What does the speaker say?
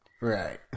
Right